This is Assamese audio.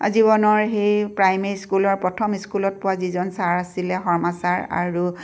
জীৱনৰ সেই প্ৰাইমেৰী স্কুলৰ প্ৰথম স্কুলত পোৱা যিজন ছাৰ আছিলে শৰ্মা ছাৰ আৰু